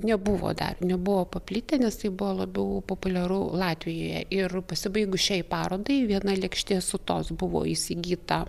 nebuvo dar nebuvo paplitę nes tai buvo labiau populiaru latvijoje ir pasibaigus šiai parodai viena lėkštė sutos buvo įsigyta